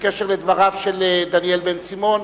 בקשר לדבריו של דניאל בן-סימון.